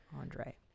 Andre